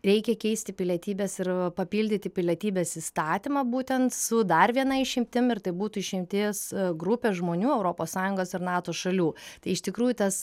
reikia keisti pilietybės ir papildyti pilietybės įstatymą būtent su dar viena išimtim ir tai būtų išimtis grupė žmonių europos sąjungos ir nato šalių tai iš tikrųjų tas